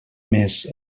més